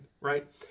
right